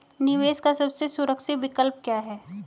निवेश का सबसे सुरक्षित विकल्प क्या है?